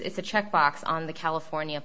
it's a checkbox on the california